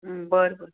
बरं बरं